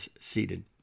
seated